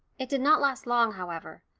it did not last long, however.